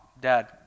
dad